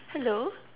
hello